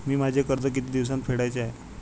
मी माझे कर्ज किती दिवसांत फेडायचे आहे?